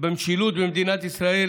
במשילות במדינת ישראל